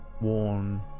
worn